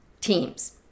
teams